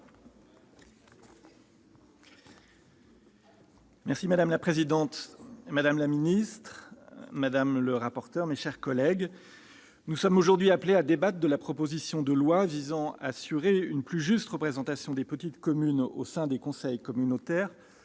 Saury. Madame la présidente, madame la ministre, madame le rapporteur, mes chers collègues, nous sommes aujourd'hui appelés à débattre de la proposition de loi visant à assurer une plus juste représentation des petites communes au sein des conseils communautaires